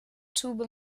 tube